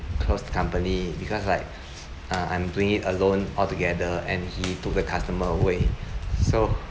close company because like uh I'm doing it alone altogether and he took the customer away so